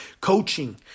coaching